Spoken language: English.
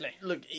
Look